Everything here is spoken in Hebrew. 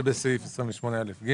שבסעיף 28א(ג)